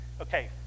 Okay